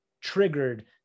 triggered